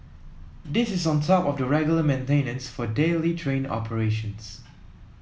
this is on top of the regular maintenance for daily train operations